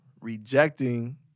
rejecting